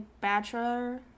bachelor